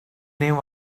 name